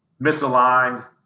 misaligned